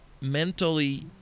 mentally